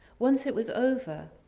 once it was over,